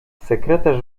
sekretarz